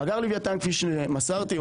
מאגר לווייתן כפי שמסרתי,